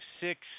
six –